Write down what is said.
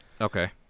Okay